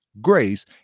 grace